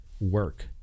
work